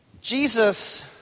Jesus